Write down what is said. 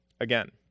Again